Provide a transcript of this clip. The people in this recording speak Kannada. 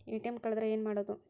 ಎ.ಟಿ.ಎಂ ಕಳದ್ರ ಏನು ಮಾಡೋದು?